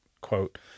quote